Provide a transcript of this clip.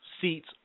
seats